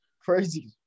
Crazy